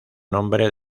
nombre